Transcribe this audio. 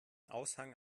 aushang